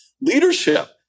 Leadership